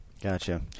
Gotcha